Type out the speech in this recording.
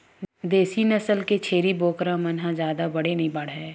देसी नसल के छेरी बोकरा मन ह जादा बड़े नइ बाड़हय